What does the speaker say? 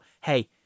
Hey